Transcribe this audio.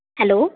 hello